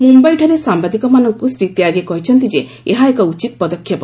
ମୁମ୍ଭାଇଠାରେ ସାମ୍ବାଦିକମାନଙ୍କୁ ଶ୍ରୀ ତ୍ୟାଗି କହିଛନ୍ତି ଯେ ଏହା ଏକ ଉଚିତ୍ ପଦକ୍ଷେପ